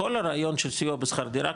כל הרעיון של סיוע בשכר דירה,